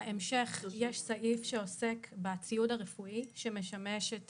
בהמשך יש סעיף שעוסק בציוד הרפואי שמשמש את